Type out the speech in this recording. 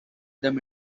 them